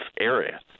area